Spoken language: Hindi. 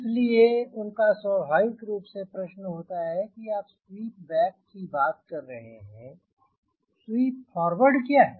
इसलिए उनका स्वाभाविक रूप से प्रश्न होता है कि आप स्वीप बैक की बात कर रहे हैं स्वीप फॉरवर्ड क्या है